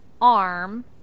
arm